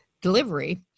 delivery